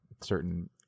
certain